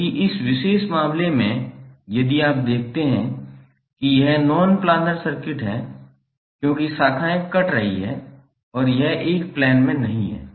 जबकि इस विशेष मामले में यदि आप देखते हैं कि यह नॉन प्लानर सर्किट है क्योंकि शाखाएं कट रही हैं और यह एक प्लेन में नहीं है